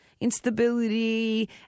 Instability